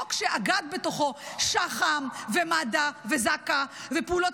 זה חוק שאגד בתוכו שח"מ ומד"א וזק"א ופעולות